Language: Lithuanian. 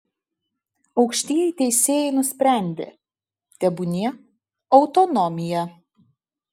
aukštieji teisėjai nusprendė tebūnie autonomija